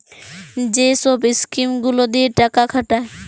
যে ছব ইস্কিম গুলা দিঁয়ে টাকা খাটায়